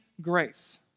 grace